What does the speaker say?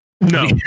No